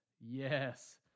Yes